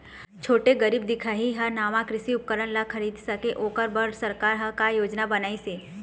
छोटे गरीब दिखाही हा नावा कृषि उपकरण ला खरीद सके ओकर बर सरकार का योजना बनाइसे?